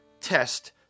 test